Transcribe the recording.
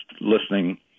listening